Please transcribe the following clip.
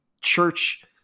church